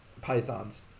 Pythons